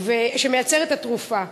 שמייצרת את התרופה.